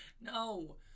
no